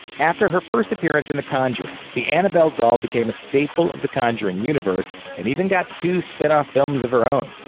after her first appearance in the conjuring, the annabelle doll became a staple of the conjuring universe and even got two spin-off films of her own.